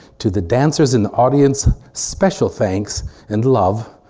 to the dancers in the audience special thanks and love.